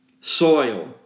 soil